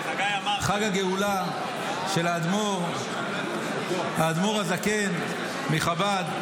חג הגאולה של האדמו"ר הזקן מחב"ד,